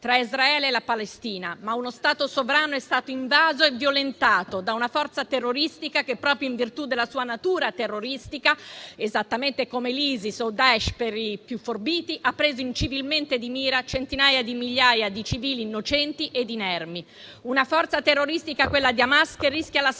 tra Israele e la Palestina. Uno Stato sovrano è stato invaso e violentato da una forza terroristica, che, proprio in virtù della sua natura terroristica, esattamente come l'Isis (o Daesch, per i più forbiti), ha preso incivilmente di mira centinaia di migliaia di civili innocenti e inermi. Una forza terroristica è quella di Hamas, che rischia la saldatura